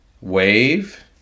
Wave